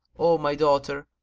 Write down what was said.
o my daughter,